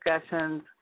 discussions